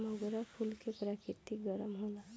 मोगरा फूल के प्रकृति गरम होला